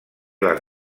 les